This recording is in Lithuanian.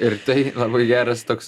ir tai labai geras toks